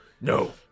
no